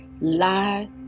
lie